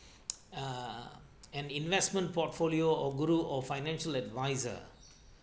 err an investment portfolio of guru or financial advisor